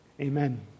Amen